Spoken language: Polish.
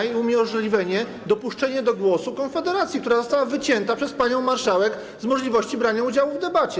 Którego? ...i dopuszczenie do głosu Konfederacji, która została wycięta przez panią marszałek z możliwości brania udziału w debacie.